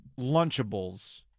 Lunchables